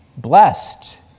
blessed